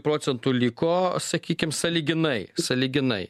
procentų liko sakykim sąlyginai sąlyginai